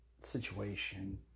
situation